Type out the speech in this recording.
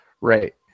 Right